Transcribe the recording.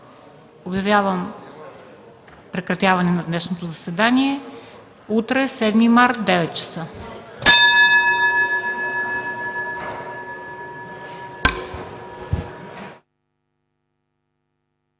Обявявам прекратяване на днешното заседание. Утре, 7 март 2013